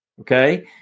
okay